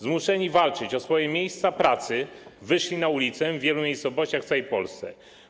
Zmuszeni walczyć o swoje miejsca pracy, wyszli na ulicę w wielu miejscowościach w całej Polsce.